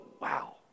wow